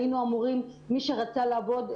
מי שרצה לעבוד,